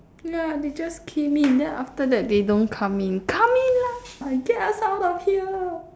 ya they just came in then after that they don't come come in lah get us out of here